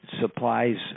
supplies